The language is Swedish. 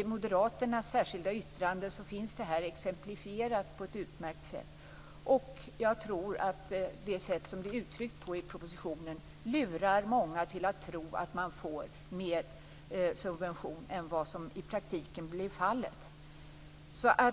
I moderaternas särskilda yttrande finns detta utmärkt exemplifierat. Jag tror att det sätt på vilket detta uttrycks i propositionen lurar många att tro att man får en större subvention än som i praktiken blir fallet.